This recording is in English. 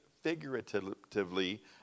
figuratively